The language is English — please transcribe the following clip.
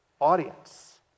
audience